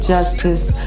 Justice